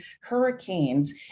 hurricanes